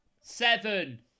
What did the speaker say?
Seven